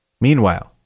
Meanwhile